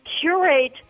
curate